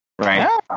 right